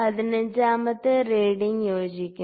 പതിനഞ്ചാമത്തെ റീഡിങ് യോജിക്കുന്നു